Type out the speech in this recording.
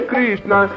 Krishna